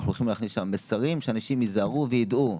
אנחנו הולכים להכניס לשם מסרים שאנשים ייזהרו וידעו,